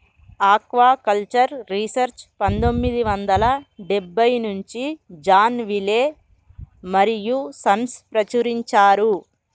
aquaculture research పందొమ్మిది వందల డెబ్బై నుంచి జాన్ విలే మరియూ సన్స్ ప్రచురించారు